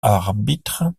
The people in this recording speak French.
arbitre